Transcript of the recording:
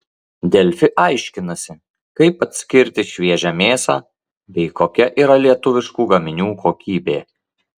delfi aiškinasi kaip atskirti šviežią mėsą bei kokia yra lietuviškų gaminių kokybė